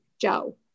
Joe